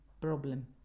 problem